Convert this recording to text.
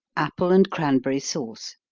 apple and cranberry sauce.